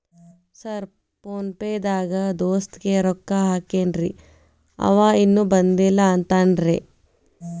Sir PhonePe ದಾಗ ದೋಸ್ತ್ ಗೆ ರೊಕ್ಕಾ ಹಾಕೇನ್ರಿ ಅಂವ ಇನ್ನು ಬಂದಿಲ್ಲಾ ಅಂತಾನ್ರೇ?